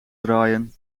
draaien